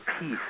peace